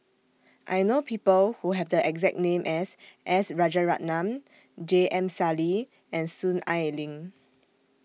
I know People Who Have The exact name as S Rajaratnam J M Sali and Soon Ai Ling